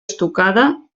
estucada